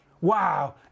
Wow